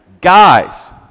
guys